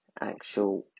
actual